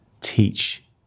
teach